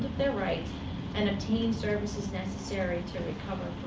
their rights and obtain services necessary to recover